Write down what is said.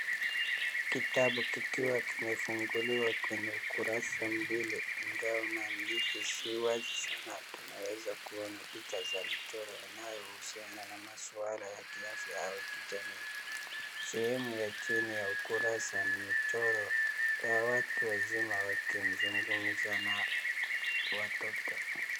Kitabu kikiwa kimefunguliwa kwenye ukurasa mbili, ingawa maandishi si wazi sana tunaweza kuona picha za michoro inayohusiana na maswala ya kiafya au kijamii. Sehemu ya chini ya ukurasa ni michoro ya watu wazima wakizungumza na watoto.